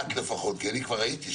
את לפחות, כי אני כבר הייתי שם,